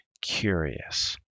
curious